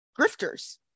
grifters